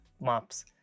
maps